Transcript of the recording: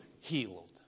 Healed